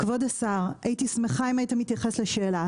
כבוד השר, הייתי שמחה אם היית מתייחס לשאלה